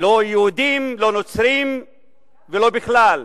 לא יהודים, לא נוצרים ולא בכלל.